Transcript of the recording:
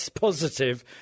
positive